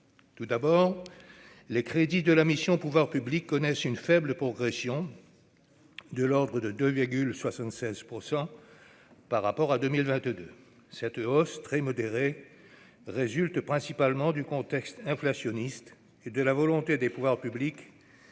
Gouvernement ». Les crédits de la mission « Pouvoirs publics » connaissent une faible progression, de l'ordre de 2,76 %, par rapport à 2022. Cette hausse très modérée résulte principalement du contexte inflationniste et de la volonté des pouvoirs publics